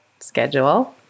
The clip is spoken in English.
schedule